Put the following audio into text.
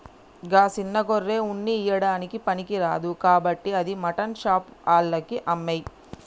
గా సిన్న గొర్రె ఉన్ని ఇయ్యడానికి పనికిరాదు కాబట్టి అది మాటన్ షాప్ ఆళ్లకి అమ్మేయి